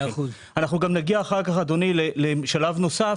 אנחנו נגיע אחר כך לשלב נוסף,